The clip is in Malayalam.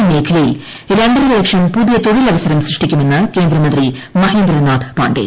സമഗ്ര മേഖലയിൽ രണ്ടര ലക്ഷം പുതിയ തൊഴിൽ അവസരം സൃഷ്ടിക്കുമെന്ന് കേന്ദ്ര മന്ത്രി മഹേന്ദ്രേനാഥ് പാണ്ഡെ